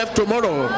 tomorrow